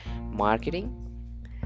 marketing